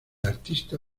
artista